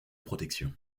protections